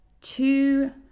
two